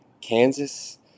Kansas